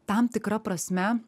tam tikra prasme